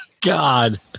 God